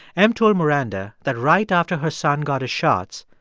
m told maranda that right after her son got his shots,